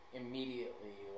immediately